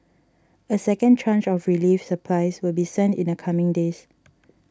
a second tranche of relief supplies will be sent in the coming days